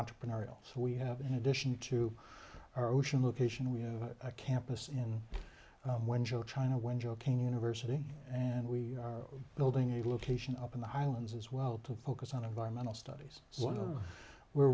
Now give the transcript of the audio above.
entrepreneurial so we have in addition to our ocean location we have a campus in when joe china when joking university and we are building a location up in the highlands as well to focus on environmental studies what we're